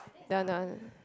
that one that one